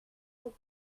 pour